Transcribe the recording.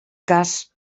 cas